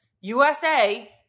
USA